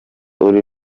uri